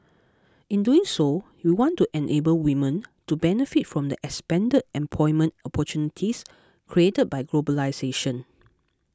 in doing so we want to enable women to benefit from the expanded employment opportunities created by globalisation